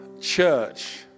church